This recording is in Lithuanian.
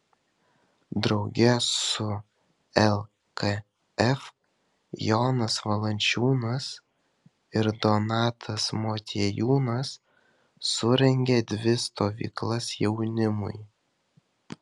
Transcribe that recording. drauge su lkf jonas valančiūnas ir donatas motiejūnas surengė dvi stovyklas jaunimui